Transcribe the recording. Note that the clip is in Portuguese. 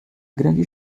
grande